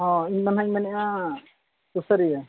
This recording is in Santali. ᱦᱮᱸ ᱤᱧ ᱚᱱᱟᱧ ᱢᱮᱱᱮᱫᱼᱟ ᱥᱩᱥᱟᱹᱨᱤᱭᱟᱹ